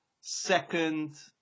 Second